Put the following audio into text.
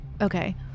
Okay